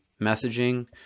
messaging